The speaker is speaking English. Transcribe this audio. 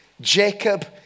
Jacob